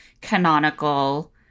canonical